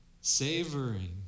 Savoring